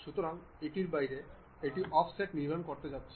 সুতরাং এটির বাইরে এটি অফসেট নির্মাণ করতে যাচ্ছে